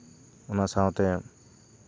ᱚᱱᱟ ᱥᱟᱶᱛᱮ